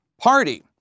party